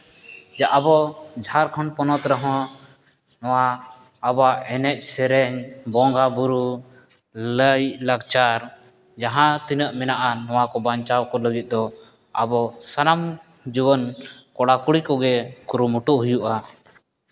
ᱡᱮ ᱟᱵᱚ ᱡᱷᱟᱲᱠᱷᱚᱸᱰ ᱯᱚᱱᱚᱛ ᱨᱮᱦᱚᱸ ᱱᱚᱣᱟ ᱟᱵᱚᱣᱟᱜ ᱮᱱᱮᱡ ᱥᱮᱨᱮᱧ ᱵᱚᱸᱜᱟᱼᱵᱩᱨᱩ ᱞᱟᱭᱼᱞᱟᱠᱪᱟᱨ ᱡᱟᱦᱟᱸ ᱛᱤᱱᱟᱹᱜ ᱢᱮᱱᱟᱜᱼᱟ ᱱᱚᱣᱟ ᱠᱚ ᱵᱟᱧᱪᱟᱣ ᱞᱟᱹᱜᱤᱫ ᱫᱚ ᱟᱵᱚ ᱥᱟᱱᱟᱢ ᱡᱩᱣᱟᱹᱱ ᱠᱚᱲᱟᱼᱠᱩᱲᱤ ᱠᱚᱜᱮ ᱠᱩᱨᱩᱢᱩᱴᱩ ᱦᱩᱭᱩᱜᱼᱟ